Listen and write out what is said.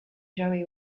joey